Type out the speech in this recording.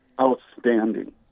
outstanding